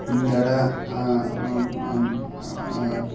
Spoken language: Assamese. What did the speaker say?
দ্বাৰা